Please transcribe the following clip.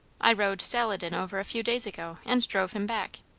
i rode saladin over a few days ago, and drove him back.